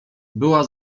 była